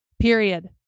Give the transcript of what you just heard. period